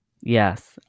Yes